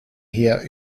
heer